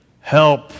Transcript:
help